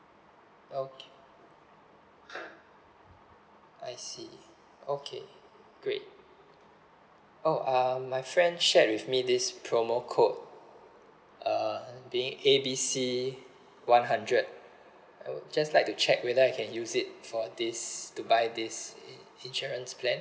okay I see okay great oh uh my friend shared with me this promo code uh being A B C one hundred I would just like to check whether I can use it for this to buy this i~ insurance plan